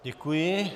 Děkuji.